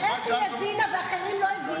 אז איך היא הבינה ואחרים לא הבינו?